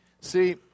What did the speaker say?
See